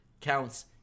counts